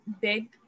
big